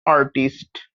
artist